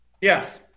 Yes